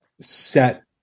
set